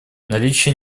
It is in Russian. наличие